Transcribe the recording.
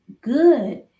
good